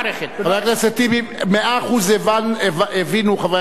חבר הכנסת טיבי, מאה אחוז הבינו חברי הכנסת.